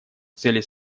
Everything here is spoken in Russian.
цели